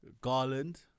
Garland